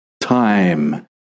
time